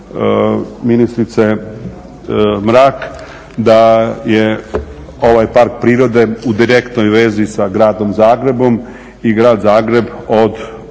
ministrice Mrak da je ovaj park prirode u direktnoj vezi sa gradom Zagrebom i grad Zagreb od ovog